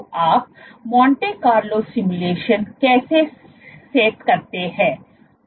तो आप Monte Carlo simulation कैसे सेट करते हैं